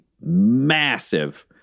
massive